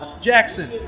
Jackson